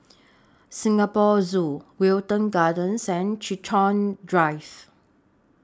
Singapore Zoo Wilton Gardens and Chiltern Drive